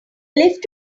lift